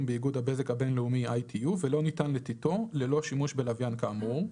באיגוד הבזק הבין-לאומי (ITU) ולא ניתן לתתו ללא שימוש בלוויין כאמור,